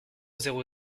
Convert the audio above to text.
zéro